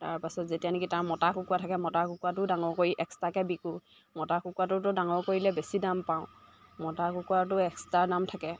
তাৰপাছত যেতিয়া নেকি তাৰ মতা কুকুৰা থাকে মতা কুকুৰাটো ডাঙৰ কৰি এক্সট্ৰাকৈ বিকো মটাৰ কুকুৰাটোতো ডাঙৰ কৰিলে বেছি দাম পাওঁ মতা কুকুৰাটো এক্সট্ৰা দাম থাকে